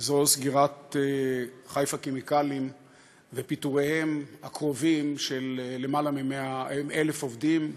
וזו סגירת חיפה כימיקלים ופיטוריהם הקרובים של למעלה מ-1,000 עובדים,